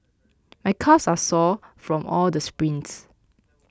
my calves are sore from all the sprints